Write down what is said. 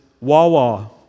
Wawa